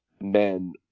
men